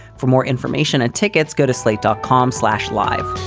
for more information and tickets, go to slate dot com slash live